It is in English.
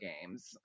games